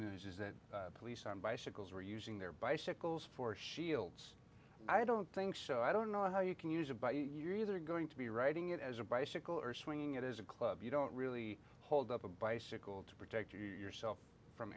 news is that police on bicycles are using their bicycles for shields i don't think so i don't know how you can use it by either going to be writing it as a bicycle or swinging it as a club you don't really hold up a bicycle to protect you